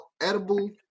edible